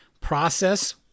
process